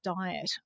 diet